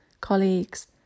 colleagues